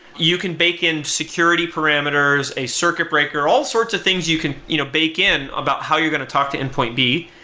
you can bake in security parameters, a circuit breaker, all sorts of things you can you know bake in about how you're going to talk to endpoint b,